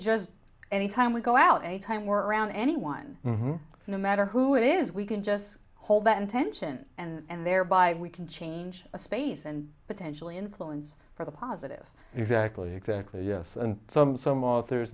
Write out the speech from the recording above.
just any time we go out any time work around anyone matter who it is we can just hold that intention and thereby we can change a space and potentially influence for the positive exactly exactly yes some some others